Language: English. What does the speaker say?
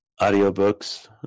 audiobooks